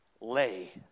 lay